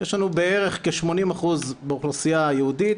יש לנו בערך כ -80% באוכלוסיה היהודית,